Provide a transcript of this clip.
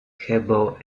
harbour